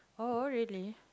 oh oh really